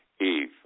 Eve